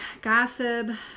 gossip